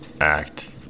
Act